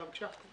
מהתחלה, בבקשה.